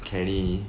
kenny